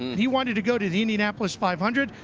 he wanted to go to the indianapolis five hundred.